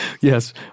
Yes